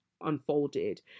unfolded